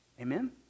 Amen